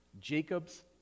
Jacob's